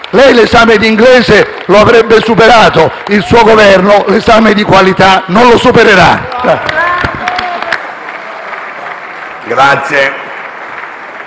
Lei l'esame di inglese lo avrebbe superato, il suo Governo l'esame di qualità non lo supererà.